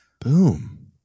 Boom